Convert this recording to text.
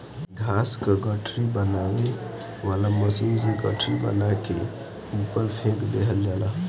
घास क गठरी बनावे वाला मशीन से गठरी बना के ऊपर फेंक देहल जाला